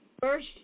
first